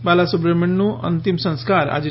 બાલા સુબ્રમણ્યમનું અંતિમ સંસ્કાર આજે